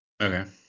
Okay